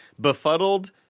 befuddled